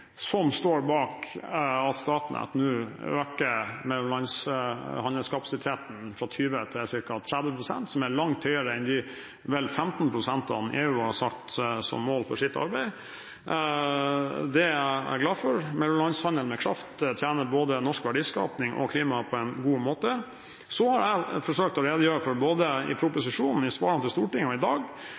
som står bak at Statnett nå øker mellomlandshandelskapasiteten fra 20 pst. til ca. 30 pst., som er langt høyere enn de vel 15 pst. som EU har satt som mål for sitt arbeid. Det er jeg, som sagt, glad for. Mellomlandshandelen med kraft tjener både norsk verdiskaping og klima på en god måte. Så har jeg forsøkt å redegjøre både i proposisjonen, i svarene til Stortinget og i dag